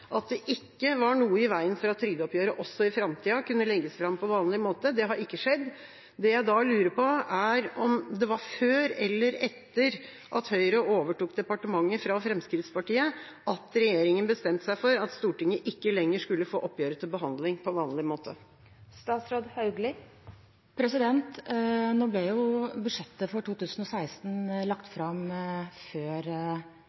at det ikke var noe i veien for at trygdeoppgjøret også i framtida kunne legges fram på vanlig måte. Det har ikke skjedd. Det jeg da lurer på, er om det var før eller etter at Høyre overtok departementet fra Fremskrittspartiet, at regjeringa bestemte seg for at Stortinget ikke lenger skulle få oppgjøret til behandling på vanlig måte. Nå ble jo budsjettet for 2016 lagt